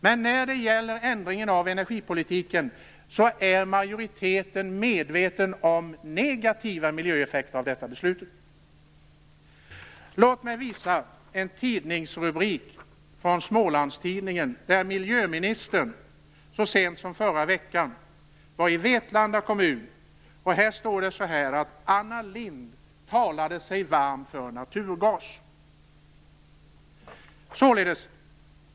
Men när det gäller ändringen av energipolitiken är majoriteten medveten om negativa miljöeffekter av detta beslut. Låt mig visa en tidningsrubrik från Smålandstidningen. Miljöministern var så sent som i förra veckan i Vetlanda kommun. Det står: Anna Lindh talade sig varm för naturgas.